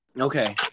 Okay